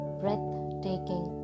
breathtaking